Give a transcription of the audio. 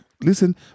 listen